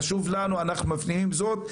זה חשוב לנו ואנחנו מפנימים זאת.